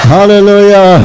Hallelujah